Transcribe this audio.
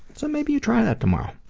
so maybe you try it out tomorrow.